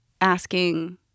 asking